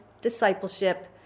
Discipleship